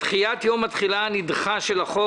(דחיית יום התחילה הנדחה של החוק),